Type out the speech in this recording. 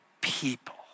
people